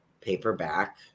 paperback